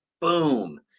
boom